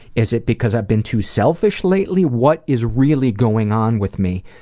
is it because i've been too selfish lately? what is really going on with me.